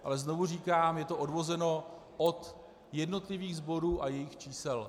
Ale znovu říkám, je to odvozeno od jednotlivých sborů a jejich čísel.